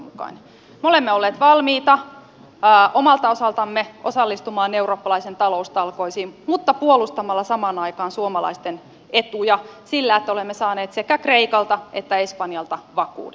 me olemme olleet valmiita omalta osaltamme osallistumaan eurooppalaisiin taloustalkoisiin mutta puolustamalla samaan aikaan suomalaisten etuja sillä että olemme saaneet sekä kreikalta että espanjalta vakuudet